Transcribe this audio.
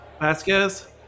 Vasquez